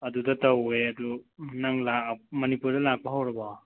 ꯑꯗꯨꯗ ꯇꯧꯋꯦ ꯑꯗꯨ ꯅꯪ ꯃꯅꯤꯄꯨꯔꯗ ꯂꯥꯛꯄ ꯍꯧꯔꯕꯣ